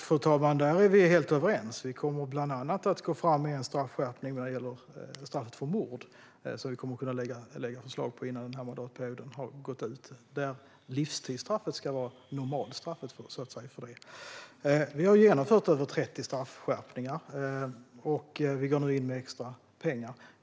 Fru talman! Där är vi helt överens. Regeringen kommer bland annat att gå fram med en straffskärpning för mord. Vi kommer att lägga fram förslag innan mandatperioden har gått ut. Livstidsstraffet ska vara normalstraffet. Regeringen har genomfört straffskärpningar för över 30 brott. Vi går nu in med extra pengar.